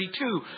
32